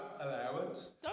allowance